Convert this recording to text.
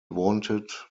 wanted